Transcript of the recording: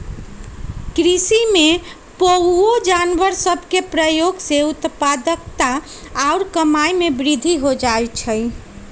कृषि में पोअउऔ जानवर सभ के प्रयोग से उत्पादकता आऽ कमाइ में वृद्धि हो जाइ छइ